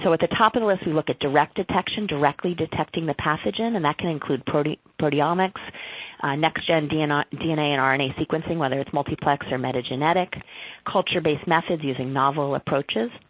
so at the top of the list, we look at direct detection, directly detecting the pathogen. and that can include proteomics next gen dna dna and um rna sequencing, whether it's multi-plex or medi-genetic culture-based methods using novel approaches.